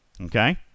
Okay